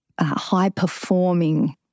high-performing